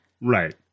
Right